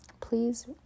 please